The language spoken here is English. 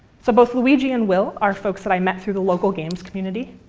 so both luigi and will are folks that i met through the local games community.